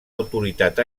autoritat